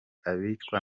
abicwa